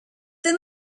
then